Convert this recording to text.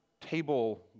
table